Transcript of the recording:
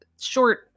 short